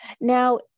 Now